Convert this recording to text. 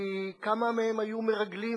כי כמה מהם היו מרגלים,